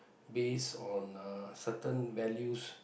based on uh certain values